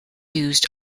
used